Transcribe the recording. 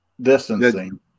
distancing